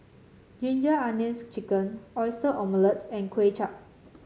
Ginger Onions chicken Oyster Omelette and Kway Chap